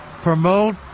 promote